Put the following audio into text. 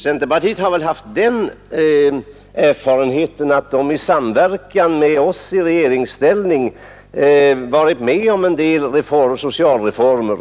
Centerpartiet har väl erfarenheter från de tillfällen då det i samverkan med oss i regeringsställning varit med om att genomföra en del sociala reformer.